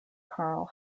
carl